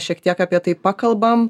šiek tiek apie tai pakalbam